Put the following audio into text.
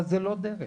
אבל זה לא דרך.